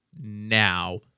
now